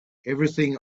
everything